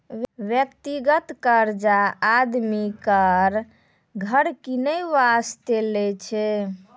व्यक्तिगत कर्जा आदमी कार, घर किनै बासतें लै छै